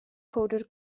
powdr